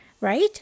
right